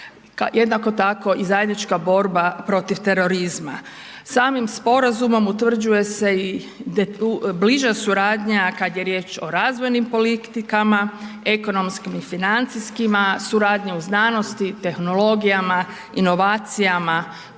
Jednako tako i zajednička borba protiv terorizma. Samim sporazumom utvrđuje se i bliža suradnja kad je riječ o razvojnim politikama, ekonomskim i financijskima, suradnja u znanosti, tehnologijama, inovacijama,